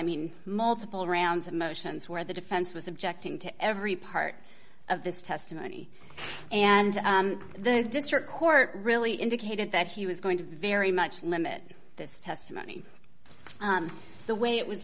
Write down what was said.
mean multiple rounds of motions where the defense was objecting to every part of this testimony and the district court really indicated that he was going to very much limit this testimony the way it was